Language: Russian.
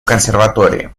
консерватории